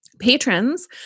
Patrons